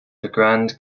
grand